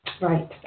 Right